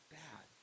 bad